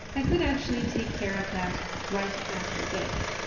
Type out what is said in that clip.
i could actually take care of that right after this.